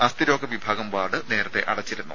അസ്ഥിരോഗ വിഭാഗം വാർഡ് നേരത്തേ അടച്ചിരുന്നു